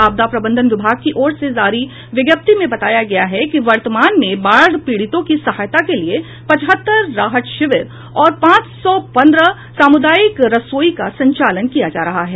आपदा प्रबंधन विभाग की ओर से जारी विज्ञप्ति में बताया गया है कि वर्तमान में बाढ़ पीड़ितों की सहायता के लिए पचहत्तर राहत शिविर और पांच सौ पन्द्रह सामुदायिक रसोई का संचालन किया जा रहा है